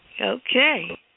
Okay